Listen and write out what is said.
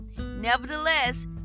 nevertheless